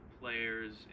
players